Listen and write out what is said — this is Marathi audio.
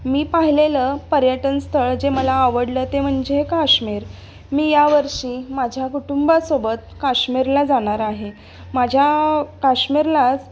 मी पाहिलेलं पर्यटन स्थळ जे मला आवडलं ते म्हणजे काश्मीर मी यावर्षी माझ्या कुटुंबासोबत काश्मीरला जाणार आहे माझ्या काश्मीरलाच